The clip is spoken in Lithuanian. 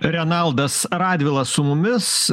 renaldas radvila su mumis